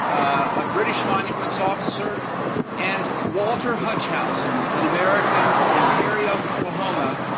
a british monuments officer and walter huchthausen, an american from perry, oklahoma.